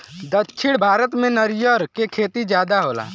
दक्षिण भारत में नरियर क खेती जादा होला